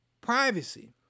Privacy